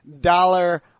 dollar